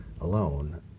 alone